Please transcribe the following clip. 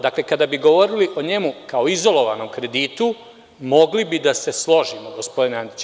Dakle, kada bi govorili o njemu kao izolovanom kreditu, mogli bi da se složimo, gospodine Antiću.